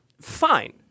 fine